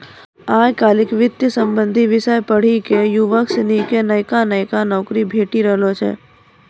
आय काइल वित्त संबंधी विषय पढ़ी क युवक सनी क नयका नयका नौकरी भेटी रहलो छै